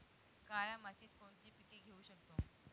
काळ्या मातीत कोणती पिके घेऊ शकतो?